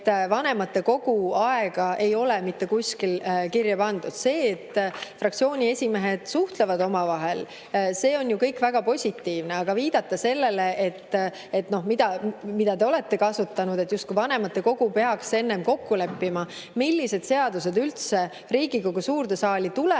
vanematekogu [töö]aega ei ole mitte kuskil kirja pandud. See, et fraktsiooni esimehed suhtlevad omavahel, on ju kõik väga positiivne. Aga viidata sellele, noh, mida te olete kasutanud, justkui vanematekogu peaks enne kokku leppima, millised seadused üldse Riigikogu suurde saali tulevad